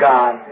God